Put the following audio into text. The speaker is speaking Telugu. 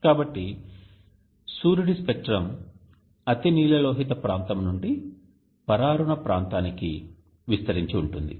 కాబట్టి సూర్యుడి స్పెక్ట్రం అతినీలలోహిత ప్రాంతం నుండి పరారుణ ప్రాంతానికి విస్తరించి ఉంటుంది